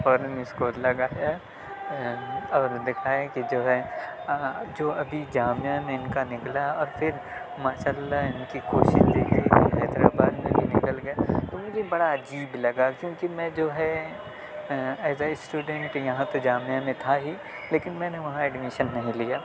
فوراً اس کو لگایا اور دکھایا کہ جو ہے جو ابھی جامعہ میں ان کا نکلا اور پھر ماشاء اللہ ان کی کوشش دیکھیے کہ حیدر آباد میں بھی نکل گیا تو مجھے بڑا عجیب لگا کیونکہ میں جو ہے ایز ای اسٹوڈنٹ یہاں تو جامعہ میں تھا ہی لیکن میں نے وہاں ایڈمیشن نہیں لیا